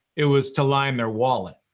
it was to line their wallet.